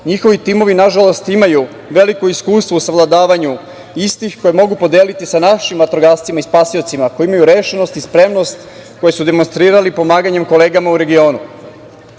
njihovi timovi nažalost imaju veliko iskustvo u savladavanju istih koje mogu podeliti sa našim vatrogascima i spasiocima koji imaju rešenost i spremnost koju su demonstrirali pomaganjem kolegama u regionu. Na